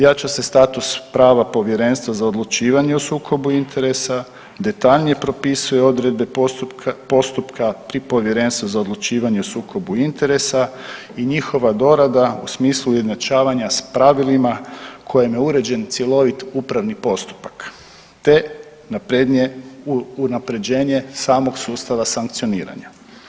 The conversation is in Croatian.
Ja ću se stat uz prava Povjerenstva za odlučivanje o sukobu interesa, detaljnije propisuje Odredbe postupka pri Povjerenstvu za odlučivanje o sukobu interesa i njihova dorada u smislu ujednačavanja s pravilima kojem je uređen cjelovit Upravni postupak, te naprednije unapređenje samog sustava sankcioniranja.